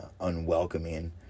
unwelcoming